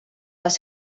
les